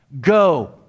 Go